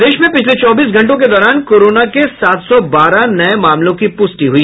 प्रदेश में पिछले चौबीस घंटों के दौरान कोरोना के सात सौ बारह नये मामलों की पुष्टि हुई